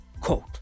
Quote